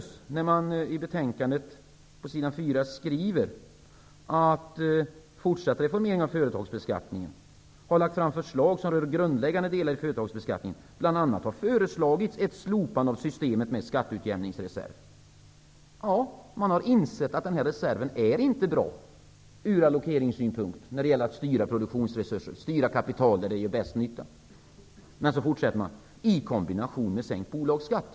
På s. 4 i betänkandet skriver utskottet att Fortsatt reformering av företagsbeskattningen har lagt fram förslag som rör grundläggande delar i företagsbeskattningen. Bl.a. har föreslagits ett slopande av systemet med skatteutjämningsreserv. Man har insett att detta system inte är bra ur allokeringssynpunkt när det gäller att styra produktionsresurser och kapital dit där de gör bäst nytta. Men sedan fortsätter utskottet med att säga att detta föreslagits i kombination med sänkt bolagsskatt.